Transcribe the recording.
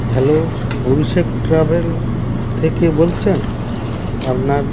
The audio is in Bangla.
হ্যালো অভিষেক ট্রাভেল থেকে বলছেন আপনার